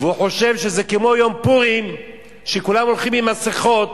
והוא חושב שזה כמו פורים שכולם הולכים עם מסכות